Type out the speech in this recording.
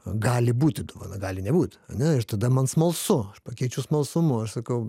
gali būti dovana gali nebūti ane ir tada man smalsu aš pakeičiu smalsumu aš sakau